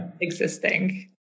existing